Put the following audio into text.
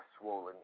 swollen